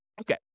Okay